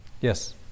Yes